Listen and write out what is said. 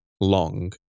long